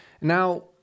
Now